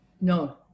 No